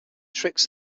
tricks